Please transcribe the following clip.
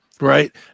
Right